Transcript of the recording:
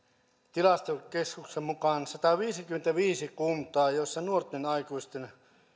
tilastokeskuksen mukaan sataviisikymmentäviisi kuntaa joissa nuorten aikuisten